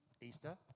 Easter